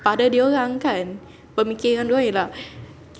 pada diorang kan pemikiran dorang ialah